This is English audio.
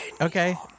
okay